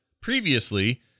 previously